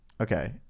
okay